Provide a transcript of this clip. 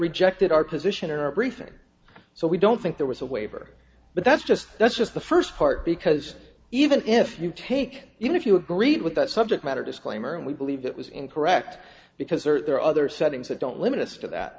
rejected our position or our briefing so we don't think there was a waiver but that's just that's just the first part because even if you take even if you agreed with that subject matter disclaimer and we believe it was incorrect because there are other settings that don't limit us t